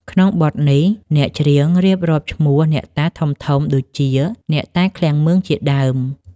ក្នុងបទនេះ អ្នកច្រៀងរៀបរាប់ឈ្មោះអ្នកតាធំៗដូចជា អ្នកតាឃ្លាំងមឿង ជាដើម។